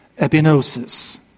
epinosis